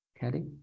Kelly